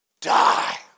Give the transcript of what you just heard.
die